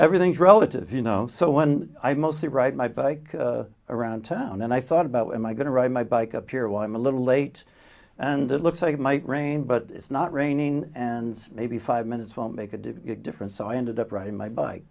everything's relative you know so when i mostly write my bike around town and i thought about what am i going to ride my bike up here why i'm a little late and it looks like it might rain but it's not raining and maybe five minutes on they could do different so i ended up riding my bike